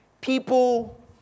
people